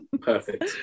perfect